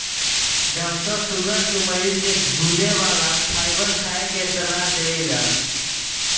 doctor sugar के मरीज के धुले वाला फाइबर खाए के सलाह देवेलन